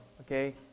okay